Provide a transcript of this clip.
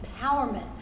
Empowerment